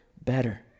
better